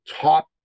top